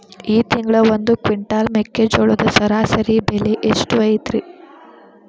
ಈ ತಿಂಗಳ ಒಂದು ಕ್ವಿಂಟಾಲ್ ಮೆಕ್ಕೆಜೋಳದ ಸರಾಸರಿ ಬೆಲೆ ಎಷ್ಟು ಐತರೇ?